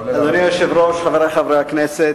אדוני היושב-ראש, חברי חברי הכנסת,